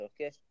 okay